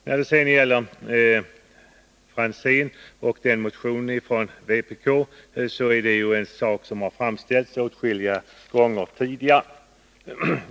När det sedan gäller det som togs upp i Tommy Franzéns anförande och i motionen från vpk, är det en sak som har framställts åtskilliga gånger tidigare.